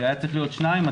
היו צריכים להיות שניים,